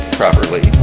properly